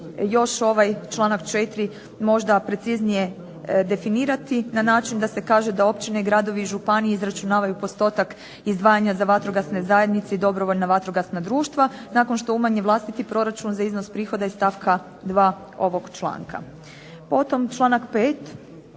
još ovaj članak 4. možda preciznije definirati na način da se kaže da općine, gradovi i županije izračunavaju postotak izdvajanja za vatrogasne zajednice i dobrovoljna vatrogasna društva nakon što umanje vlastiti proračun za iznos prihoda iz stavka 2. ovog članka. Potom članak 5.